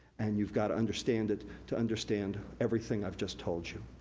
and you've gotta understand it to understand everything i've just told you.